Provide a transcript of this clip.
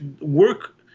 work